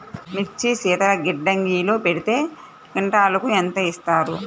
మిర్చి శీతల గిడ్డంగిలో పెడితే క్వింటాలుకు ఎంత ఇస్తారు?